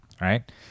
right